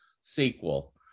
sequel